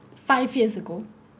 five years ago